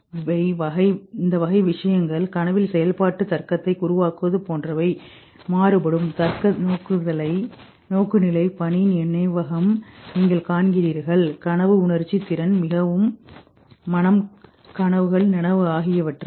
இவை வகை விஷயங்கள் கனவில் செயல்பாட்டு தர்க்கத்தை உருவாக்குவது போன்றவை மாறுபடும் தர்க்க நோக்குநிலை பணி நினைவகம்நீங்கள் காண்கிறீர்கள் கனவு உணர்ச்சி திறன் மனம் கனவுகள் நனவு ஆகியவற்றை